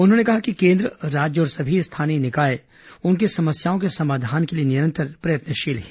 उन्होंने कहा कि केन्द्र राज्य और सभी स्थानीय निकाय उनकी समस्याओं के समाधान के लिए निरंतर प्रयत्नशील हैं